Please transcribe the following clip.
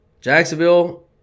Jacksonville